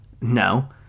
No